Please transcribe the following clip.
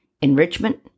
Enrichment